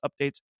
updates